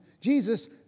Jesus